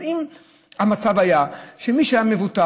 אז אם המצב היה שמי שהיה מבוטח,